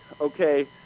okay